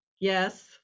yes